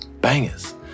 bangers